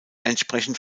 entsprechend